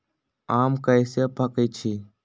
आम कईसे पकईछी?